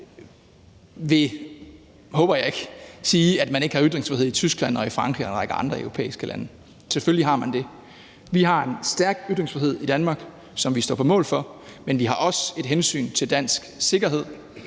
jeg ikke – at man ikke har ytringsfrihed i Tyskland og i Frankrig og en række andre europæiske lande. Selvfølgelig har man det. Vi har en stærk ytringsfrihed i Danmark, som vi står på mål for, men vi har også et hensyn til dansk sikkerhed